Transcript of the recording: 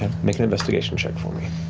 make an investigation check for me.